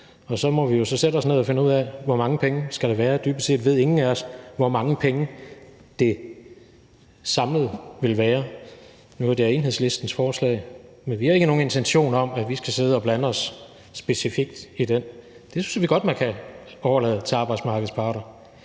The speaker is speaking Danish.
og så må vi sætte os ned og finde ud af, hvor mange penge der skal være – dybest set ved ingen af os, hvor mange penge det samlet vil være; nu er det her Enhedslistens forslag – men vi har ikke nogen intention om, at vi skal sidde og blande os specifikt i det. Det synes vi godt man kan overlade til arbejdsmarkedets parter.